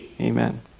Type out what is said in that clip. amen